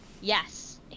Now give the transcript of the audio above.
Yes